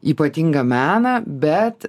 ypatingą meną bet